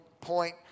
point